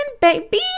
baby